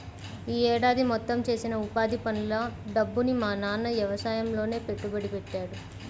యీ ఏడాది మొత్తం చేసిన ఉపాధి పనుల డబ్బుని మా నాన్న యవసాయంలోనే పెట్టుబడి పెట్టాడు